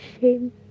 shame